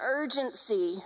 urgency